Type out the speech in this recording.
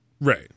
Right